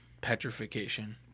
petrification